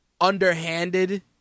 underhanded